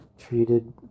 Treated